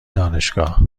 دانشگاه